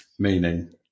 Meaning